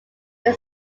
they